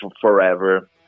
forever